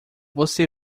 você